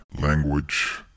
language